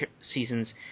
seasons